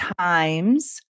times